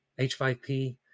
H5P